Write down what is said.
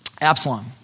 Absalom